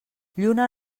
lluna